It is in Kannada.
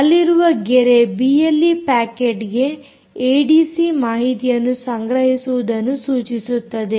ಅಲ್ಲಿರುವ ಗೆರೆ ಬಿಎಲ್ಈ ಪ್ಯಾಕೆಟ್ಗೆ ಏಡಿಸಿ ಮಾಹಿತಿಯನ್ನು ಸಂಗ್ರಹಿಸುವುದನ್ನು ಸೂಚಿಸುತ್ತದೆ